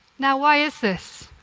now why is this?